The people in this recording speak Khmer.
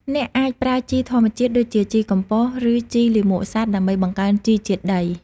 អ្នកអាចប្រើជីធម្មជាតិដូចជាជីកំប៉ុស្ត ឬជីលាមកសត្វ ដើម្បីបង្កើនជីជាតិដី។